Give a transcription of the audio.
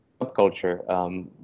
subculture